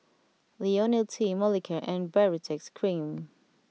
Ionil T Molicare and Baritex Cream